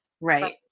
Right